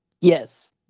Yes